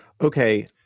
Okay